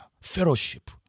fellowship